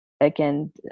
again